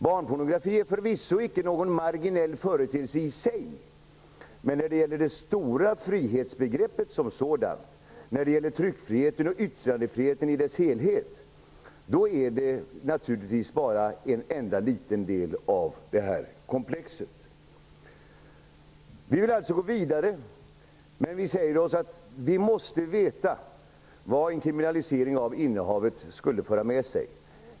Barnpornografi är förvisso icke någon marginell företeelse i sig, men när det gäller det stora frihetsbegreppet som sådant, tryckfriheten och yttrandefriheten i dess helhet, är det naturligtvis bara en liten del av komplexet. Nu vill vi alltså gå vidare, men vi säger att vi måste veta vad en kriminalisering av innehavet skulle föra med sig.